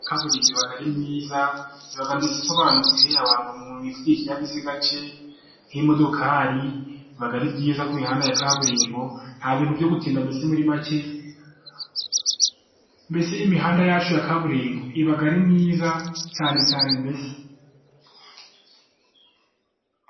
Kaburimbo iba ari nziza, iba mbese isobanutse, abantu bifitiye ikinyabiziga cye nk'imodokari, biba ari byiza ku mihahanda ya kaburimbo, ntabintu byo gutinda mbese muri make, mbese imihanda yacu ya kaburimbo iba ari myiza cyane cyane mbese.